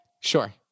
Sure